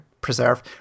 preserve